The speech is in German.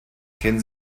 kennen